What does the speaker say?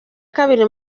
kabiri